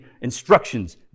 instructions